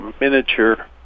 miniature